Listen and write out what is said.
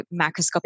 macroscopic